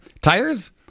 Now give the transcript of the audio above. tires